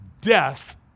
death